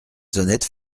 honnêtes